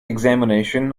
examination